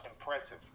Impressive